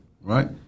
right